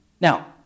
Now